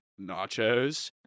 nachos